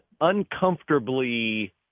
uncomfortably